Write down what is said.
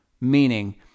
meaning